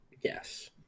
Yes